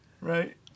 right